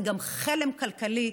זה גם חלם כלכלי,